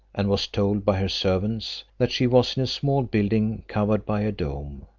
and was told by her servants, that she was in a small building covered by a dome,